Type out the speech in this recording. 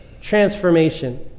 transformation